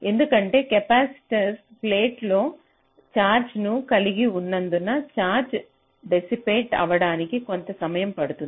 ఎందుకంటే కెపాసిటర్ ప్లేట్లలో ఛార్జ్ను కలిగి ఉన్నందున ఛార్జ్ డిసిపేట్ అవడానికి కొంత సమయం పడుతుంది